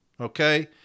Okay